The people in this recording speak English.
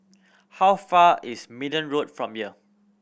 how far is Minden Road from here